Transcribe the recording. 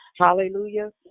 Hallelujah